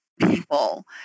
people